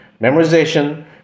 Memorization